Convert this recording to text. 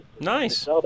Nice